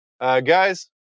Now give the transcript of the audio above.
Guys